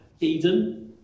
Eden